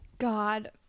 God